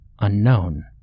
unknown